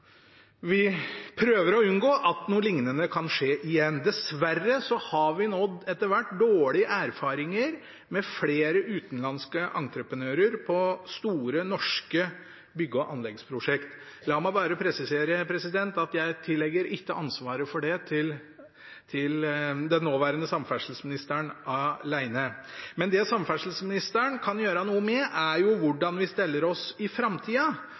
noe liknende kan skje igjen. Dessverre har vi nå etter hvert dårlige erfaringer med flere utenlandske entreprenører på store norske bygge- og anleggsprosjekt. La meg bare presisere at jeg ikke legger ansvaret for det på den nåværende samferdselsministeren alene. Men det samferdselsministeren kan gjøre noe med, er hvordan vi stiller oss i framtida,